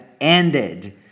ended